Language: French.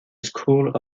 school